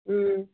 ꯎꯝ